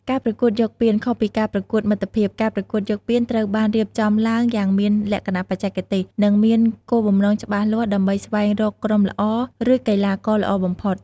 ការប្រកួតយកពាន ខុសពីការប្រកួតមិត្តភាព ការប្រកួតយកពានត្រូវបានរៀបចំឡើងយ៉ាងមានលក្ខណៈបច្ចេកទេស និងមានគោលបំណងច្បាស់លាស់ដើម្បី ស្វែងរកក្រុមល្អ ឬកីឡាករល្អបំផុត។